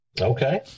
Okay